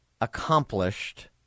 accomplished